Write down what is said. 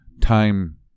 time